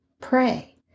pray